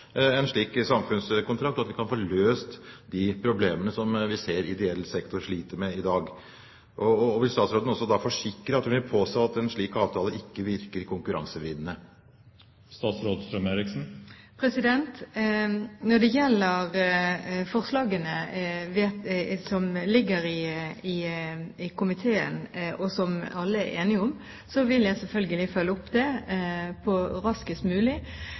en slik samfunnskontrakt, slik at vi kan få løst de problemene vi ser ideell sektor sliter med i dag? Vil statsråden også forsikre at hun vil påse at en slik avtale ikke virker konkurransevridende? Når det gjelder forslagene som ligger i komiteen, og som alle er enige om, vil jeg selvfølgelig følge opp dem raskest mulig. Det er jo også slik at vi har en god dialog med frivillig sektor. Vi er veldig tydelige i regjeringserklæringen på